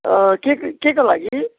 के केको लागि